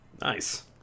Nice